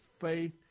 faith